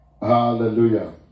Hallelujah